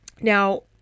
Now